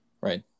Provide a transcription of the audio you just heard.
Right